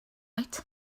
right